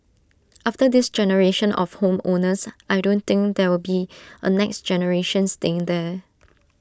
after this generation of home owners I don't think there will be A next generation staying there